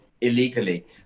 illegally